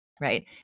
Right